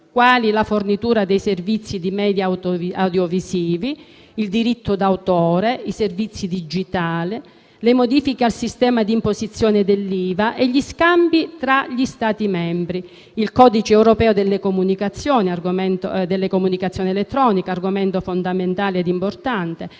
quali la fornitura dei servizi di *media* audiovisivi, il diritto d'autore, i servizi digitali, le modifiche al sistema di imposizione dell'IVA e gli scambi tra gli Stati membri, il codice delle comunicazioni elettroniche (argomento fondamentale), il mercato